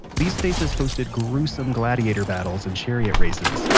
these spaces hosted gruesome gladiator battles and chariot races,